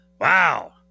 Wow